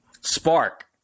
Spark